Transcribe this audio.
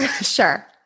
Sure